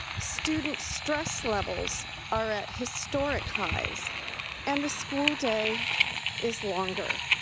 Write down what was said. student stress levels are at historic highs and the school day is longer.